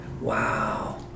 Wow